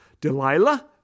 Delilah